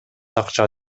акча